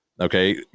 Okay